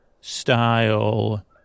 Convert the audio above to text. style